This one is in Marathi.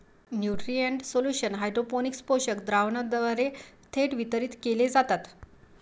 न्यूट्रिएंट सोल्युशन हायड्रोपोनिक्स पोषक द्रावणाद्वारे थेट वितरित केले जातात